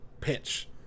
pitch